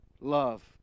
love